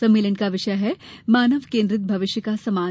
सम्मेलन का विषय है मानव केन्द्रित भविष्य का समाज